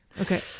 Okay